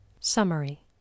summary